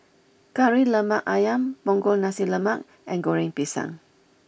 Kari Lemak Ayam Punggol Nasi Lemak and Goreng Pisang